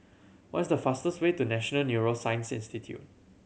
what is the fastest way to National Neuroscience Institute